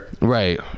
right